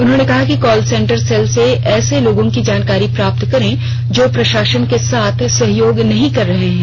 उन्होंने कहा कि कॉल सेंटर सेल से ऐसे लोगों की जानकारी प्राप्त करें जो प्रशासन के साथ सहयोग नहीं कर रहे हैं